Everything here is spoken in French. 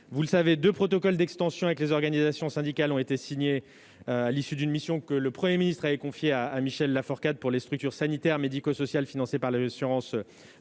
Vous le savez, deux protocoles d'extension avec les organisations syndicales ont été signés à l'issue d'une mission que le Premier ministre avait confiée à Michel Laforcade à propos des structures sanitaires, médico-sociales financées par l'assurance